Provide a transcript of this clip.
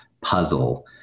puzzle